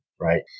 Right